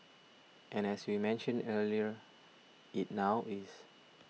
and as we mentioned earlier it now is